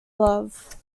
love